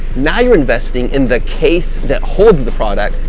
now you're investing in the case that holds the product,